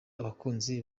abakunzi